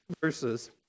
verses